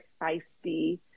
feisty